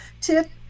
tip